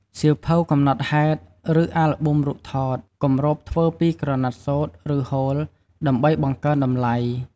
សៀវភៅកំណត់ហេតុ ឬអាល់ប៊ុមរូបថត គម្របធ្វើពីក្រណាត់សូត្រ ឬហូល ដើម្បីបង្កើនតម្លៃ។